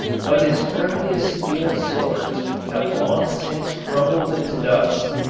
but his earliest steel swords have long since crumbled into dust.